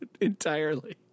entirely